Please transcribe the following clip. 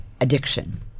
addiction